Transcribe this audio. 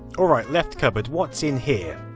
alright, left cupboard, what's in here?